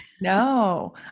no